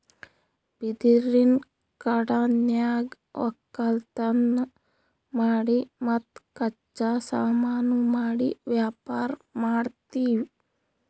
ಬಿದಿರಿನ್ ಕಾಡನ್ಯಾಗ್ ವಕ್ಕಲತನ್ ಮಾಡಿ ಮತ್ತ್ ಕಚ್ಚಾ ಸಾಮಾನು ಮಾಡಿ ವ್ಯಾಪಾರ್ ಮಾಡ್ತೀವಿ